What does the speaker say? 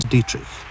Dietrich